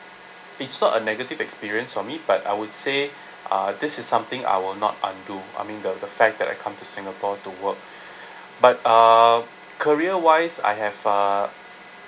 it's not a negative experience for me but I would say uh this is something I will not undo I mean the the fact that I come to singapore to work but uh career wise I have uh